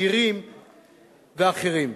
גרים ואחרים.